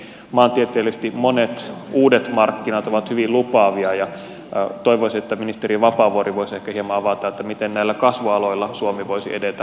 maantieteellisesti monet uudet markkinat ovat hyvin lupaavia ja toivoisin että ministeri vapaavuori voisi ehkä hieman avata miten näillä kasvualoilla suomi voisi edetä